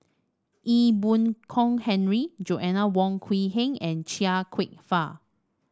Ee Boon Kong Henry Joanna Wong Quee Heng and Chia Kwek Fah